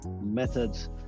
methods